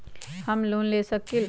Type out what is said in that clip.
हम लोन ले सकील?